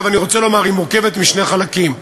אני רוצה לומר שהיא מורכבת משני חלקים.